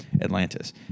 Atlantis